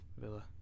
Villa